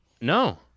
No